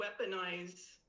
weaponize